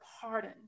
pardon